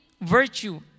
virtue